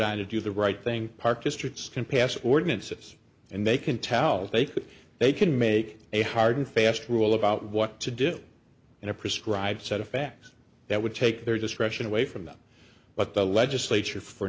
on to do the right thing park districts can pass ordinances and they can tell they could they can make a hard and fast rule about what to do in a prescribed set of facts that would take their discretion away from them but the legislature for